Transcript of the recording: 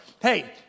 hey